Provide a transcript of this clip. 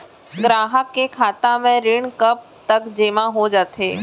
ग्राहक के खाता म ऋण कब तक जेमा हो जाथे?